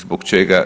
Zbog čega?